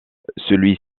celui